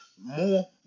more